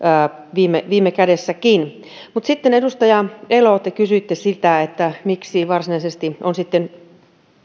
viime viime kädessä mutta edustaja elo te kysyitte sitä sitä miksi varsinaisesti on sitten